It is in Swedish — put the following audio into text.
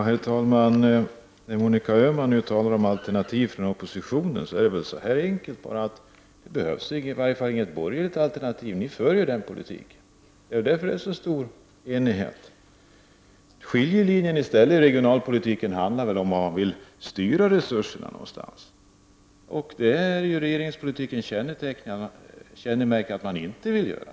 Herr talman! Monica Öhman uttalade sig om alternativ från oppositionen. Men det behövs inget borgerligt alternativ. Ni för ju den politiken, det är därför som det är en så stor enighet. Skiljelinjerna när det gäller regionalpolitiken finns i stället i frågan om vart man vill styra resurserna. Regeringspolitikens kännetecken är ju att man inte vill styra.